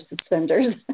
suspenders